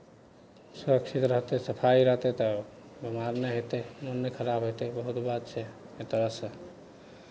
सुरक्षित रहतै सफाइ रहतै तऽ बेमार नहि हेतै मोन नहि खराब हेतै बहुत बात छै एहि तरहसँ